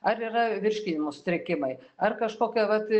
ar yra virškinimo sutrikimai ar kažkokia vat